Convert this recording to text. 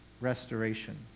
restoration